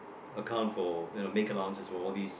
account for you know make allowances for all these